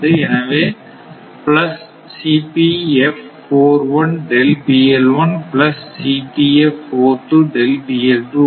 எனவே plus plus வரும்